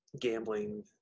gambling